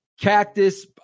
Cactus